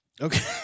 Okay